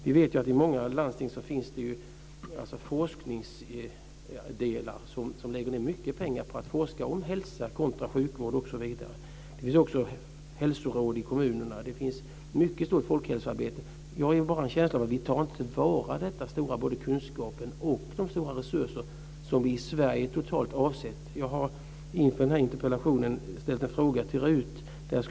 Vi vet att i många landsting finns det forskningsdelar där man lägger ned mycket pengar på att forska om hälsa kontra sjukvård osv. Det finns också hälsoråd i kommunerna. Det bedrivs ett mycket stort folkhälsoarbete. Jag har en känsla av att vi inte tar till vara den stora kunskap och de stora resurser som vi i Sverige totalt avsätter. Jag har inför interpellationsdebatten ställt en fråga till riksdagens utredningstjänst.